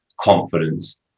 confidence